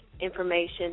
information